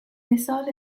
missile